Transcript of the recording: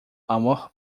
amor